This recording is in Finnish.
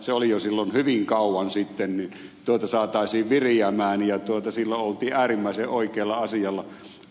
se oli jo silloin hyvin kauan sitten tuotu saataisiin viriämään ja tulta silloin oltiin äärimmäisen oikealla asialla